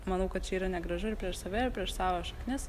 manau kad čia yra negražu ir prieš save ir prieš savo šaknis